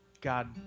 God